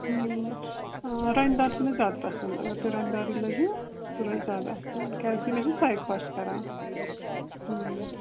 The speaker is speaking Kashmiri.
رۄنہِ دار چھُ مےٚ زیاد پَسَنٛد اگر تُہۍ رۄنہِ دارٕے لٲگِو سُہ روزِ زیادٕ اَصٕل کیٛازکہِ مےٚ چھِ سۄے خوش کران